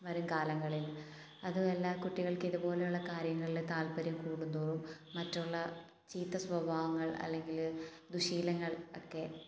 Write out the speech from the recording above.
വരും കാലങ്ങളിൽ അതുവല്ല കുട്ടികൾക്ക് ഇതുപോലെയുള്ള കാര്യങ്ങളിൽ താല്പര്യം കൂടുന്തോറും മറ്റുള്ള ചീത്ത സ്വഭാവങ്ങൾ അല്ലെങ്കിൽ ദുശ്ശീലങ്ങൾ ഒക്കെ